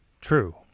True